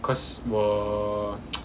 cause 我